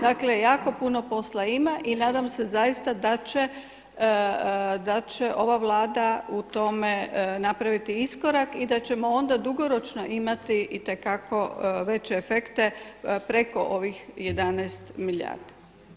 Dakle, jako puno posla ima i nadam se zaista da će ova Vlada u tome napraviti iskorak i da ćemo onda dugoročno imati i te kako veće efekte preko ovih 11 milijardi.